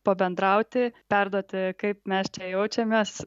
pabendrauti perduoti kaip mes čia jaučiamės